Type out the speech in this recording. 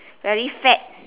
very fat